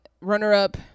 runner-up